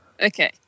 Okay